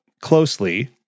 closely